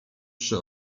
przy